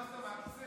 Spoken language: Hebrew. לא רציתי